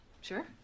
Sure